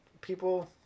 people